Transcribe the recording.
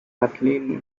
kathleen